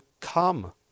come